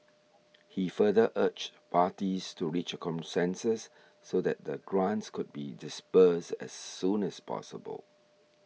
he further urged parties to reach consensus so that the grants could be disbursed as soon as possible